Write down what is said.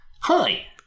hi